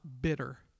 bitter